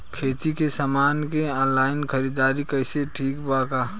खेती के समान के ऑनलाइन खरीदारी कइल ठीक बा का?